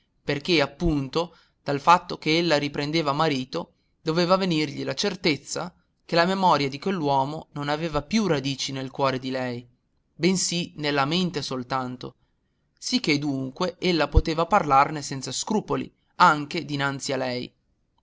perché appunto dal fatto che ella riprendeva marito doveva venirgli la certezza che la memoria di quell'uomo non aveva più radici nel cuore di lei bensì nella mente soltanto sicché dunque ella poteva parlarne senza scrupoli anche dinanzi a lei